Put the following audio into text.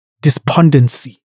despondency